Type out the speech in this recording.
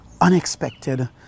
unexpected